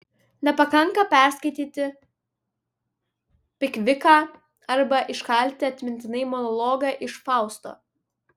nepakanka perskaityti pikviką arba iškalti atmintinai monologą iš fausto